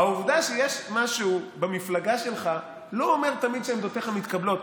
העובדה שיש משהו במפלגה שלך לא אומרת תמיד שעמדותיך מתקבלות.